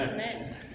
Amen